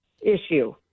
issue